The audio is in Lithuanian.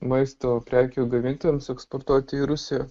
maisto prekių gamintojams eksportuoti į rusiją